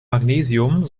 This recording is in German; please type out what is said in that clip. magnesium